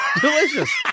delicious